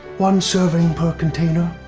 one serving per container.